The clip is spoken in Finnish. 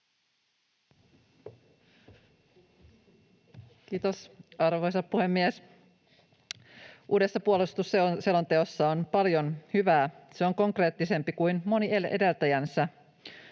Kiitos, arvoisa puhemies! Uudessa puolustusselonteossa on paljon hyvää. Se on konkreettisempi kuin moni edeltäjänsä.